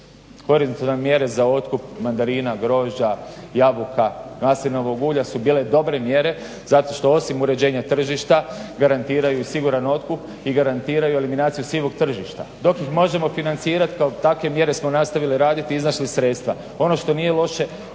se ne razumije./… za otkup mandarina, grožđa, jabuka, maslinovog ulja su bile dobre mjere zato što osim uređenja tržišta garantiraju siguran otkup i garantiraju eliminaciju sivog tržišta dok ih možemo financirati kao takve mjere smo nastavili radit i iznašli sredstva. Ono što nije loše